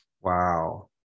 Wow